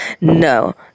No